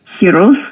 heroes